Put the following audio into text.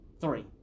three